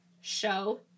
show